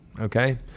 Okay